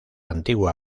antigua